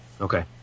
Okay